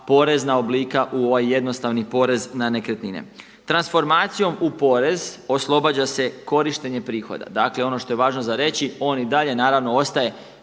porezna oblika u ovaj jednostavni porez na nekretnine. Transformacijom u porez oslobađa se korištenje prihoda. Dakle, ono što je važno za reći on i dalje naravno ostaje